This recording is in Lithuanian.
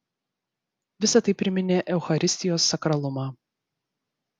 visa tai priminė eucharistijos sakralumą